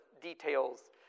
details